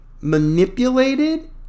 manipulated